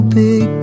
big